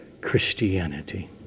Christianity